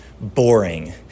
Boring